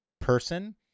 person